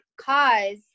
cause